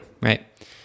right